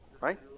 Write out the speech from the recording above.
right